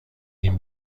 این